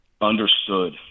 understood